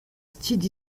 steed